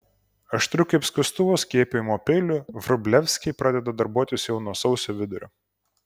aštriu kaip skustuvas skiepijimo peiliu vrublevskiai pradeda darbuotis jau nuo sausio vidurio